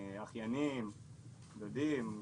אחיינים, דודים.